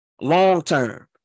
long-term